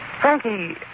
Frankie